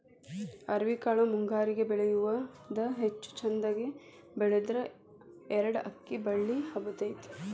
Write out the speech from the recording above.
ಅವ್ರಿಕಾಳು ಮುಂಗಾರಿಗೆ ಬೆಳಿಯುವುದ ಹೆಚ್ಚು ಚಂದಗೆ ಬೆಳದ್ರ ಎರ್ಡ್ ಅಕ್ಡಿ ಬಳ್ಳಿ ಹಬ್ಬತೈತಿ